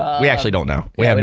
we actually don't know, we i mean